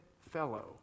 fellow